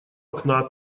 окна